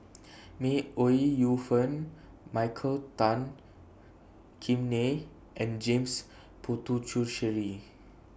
May Ooi Yu Fen Michael Tan Kim Nei and James Puthucheary